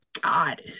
God